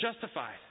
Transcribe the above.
justified